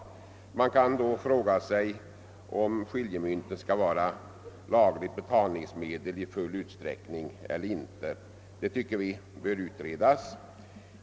Man kan då fråga sig, om skiljemynt skall vara lagligt betalningsmedel i full utsträckning eller inte. Det tycker vi bör utredas.